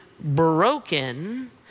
broken